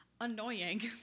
annoying